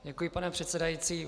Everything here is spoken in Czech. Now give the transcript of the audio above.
Děkuji, pane předsedající.